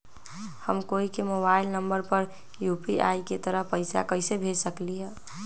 हम कोई के मोबाइल नंबर पर यू.पी.आई के तहत पईसा कईसे भेज सकली ह?